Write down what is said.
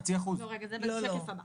לא, רגע, זה בשקף הבא.